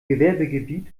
gewerbegebiet